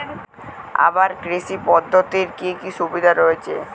আবাদ কৃষি পদ্ধতির কি কি সুবিধা রয়েছে?